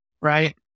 right